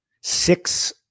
six